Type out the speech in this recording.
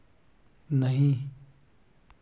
नहीं